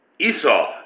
Esau